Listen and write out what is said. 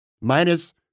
minus